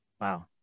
Wow